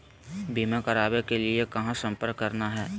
बीमा करावे के लिए कहा संपर्क करना है?